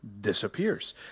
disappears